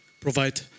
provide